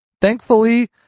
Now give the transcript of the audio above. Thankfully